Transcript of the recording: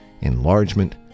enlargement